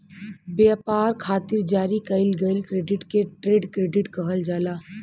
ब्यपार खातिर जारी कईल गईल क्रेडिट के ट्रेड क्रेडिट कहल जाला